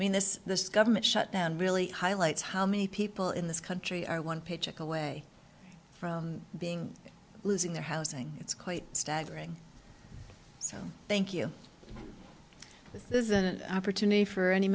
i mean this this government shutdown really highlights how many people in this country are one paycheck away from being losing their housing it's quite staggering so thank you this is an opportunity for any